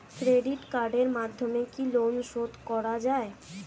Credit কার্ডের মাধ্যমে কি লোন শোধ করা যায়?